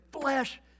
flesh